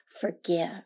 forgive